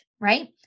right